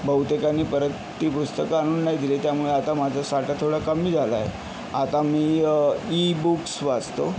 बहुतेकांनी परत ती पुस्तकं आणून नाही दिली त्यामुळे आता माझं साठा थोडा कमी झाला आहे आता मी ई बुक्स वाचतो